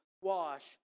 wash